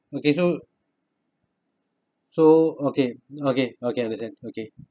okay so so okay okay okay understand okay